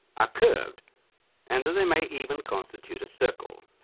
are curved and that they may even constitute a circle.